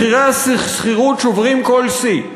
מחירי השכירות שוברים כל שיא.